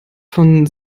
von